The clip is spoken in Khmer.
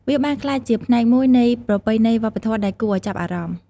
វាបានក្លាយជាផ្នែកមួយនៃប្រពៃណីវប្បធម៌ដែលគួរឱ្យចាប់អារម្មណ៍។